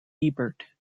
ebert